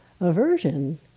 aversion